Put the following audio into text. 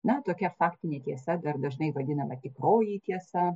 na tokia faktinė tiesa dar dažnai vadinama tikroji tiesa